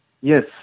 Yes